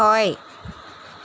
হয়